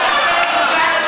בושה וחרפה שמעלים את זה ככה.